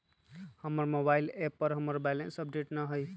हमर mobile app पर हमर बैलेंस अपडेट न हई